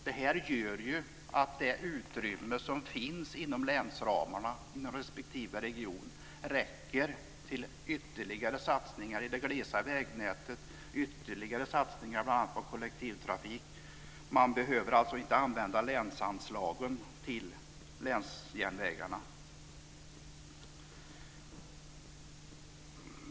Detta gör att det utrymme som finns inom länsramarna inom respektive region räcker till ytterligare satsningar i det glesa vägnätet eller ytterligare satsningar på bl.a. kollektivtrafik. Man behöver alltså inte använda länsanslagen till länsjärnvägarna.